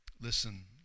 listen